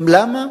למה?